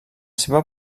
seva